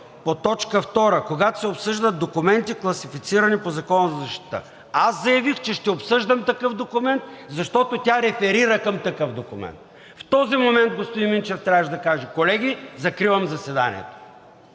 по т. 2, когато се обсъждат документи, класифицирани по Закона за защита… Аз заявих, че ще обсъждам такъв документ, защото тя реферира към такъв документ. В този момент господин Минчев трябваше да каже: „Колеги, закривам заседанието.“